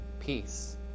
peace